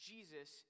Jesus